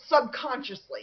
subconsciously